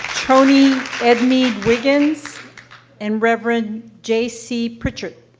toni edme i mean wiggins and reverend j c. pritchard.